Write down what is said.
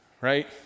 Right